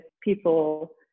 people